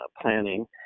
planning